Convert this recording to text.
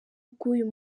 bwuyu